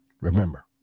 Remember